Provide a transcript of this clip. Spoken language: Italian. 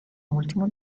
ultimo